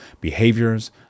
behaviors